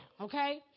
okay